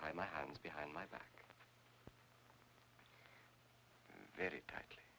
time my hands behind my back very tight